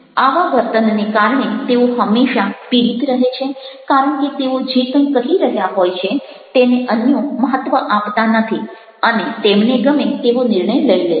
આવા વર્તનને કારણે તેઓ હંમેશા પીડિત રહે છે કારણ કે તેઓ જે કંઈ કહી રહ્યા હોય છે તેને અન્યો મહત્ત્વ આપતા નથી અને તેમને ગમે તેવો નિર્ણય લઇ લે છે